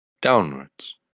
downwards